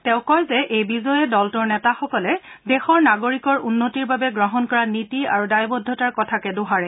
তেওঁ কয় যে এই বিজয়ে দলটোৰ নেতাসকলে দেশৰ নাগৰিকৰ উন্নতিৰ বাবে গ্ৰহণ কৰাৰ নীতি আৰু দায়বদ্ধতাৰ কথাকে দোহাৰে